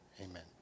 amen